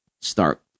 start